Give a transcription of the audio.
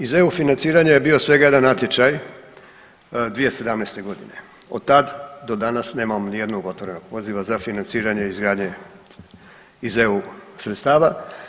Iz EU financiranja je bio svega jedan natječaj 2017. godine, od tad do danas nemamo ni jednog otvorenog poziva za financiranje izgradnje iz EU sredstava.